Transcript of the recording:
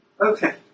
Okay